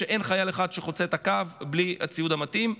הוא שאין חייל אחד שחוצה את הקו בלי הציוד המתאים.